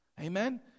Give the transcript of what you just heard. Amen